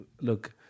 look